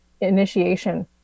initiation